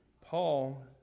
Paul